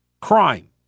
crime